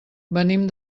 venim